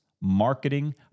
marketing